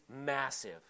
massive